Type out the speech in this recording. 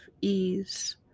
ease